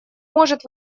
может